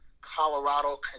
Colorado